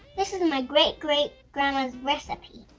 this is my great great grandma's recipe.